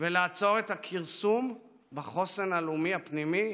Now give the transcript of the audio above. ולעצור את הכרסום בחוסן הלאומי הישראלי הפנימי